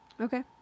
Okay